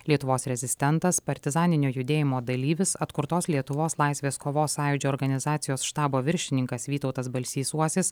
lietuvos rezistentas partizaninio judėjimo dalyvis atkurtos lietuvos laisvės kovos sąjūdžio organizacijos štabo viršininkas vytautas balsys uosis